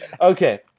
Okay